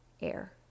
air